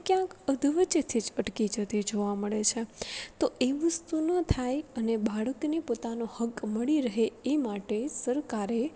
તે ક્યાંક અધવચ્ચેથી જ અટકી જતી જોવા મળે છે તો એ વસ્તુ ન થાય અને બાળકને પોતાનો હક્ક મળી રહે એ માટે સરકારે